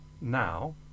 now